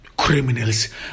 criminals